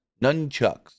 nunchucks